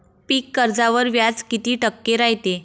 पीक कर्जावर व्याज किती टक्के रायते?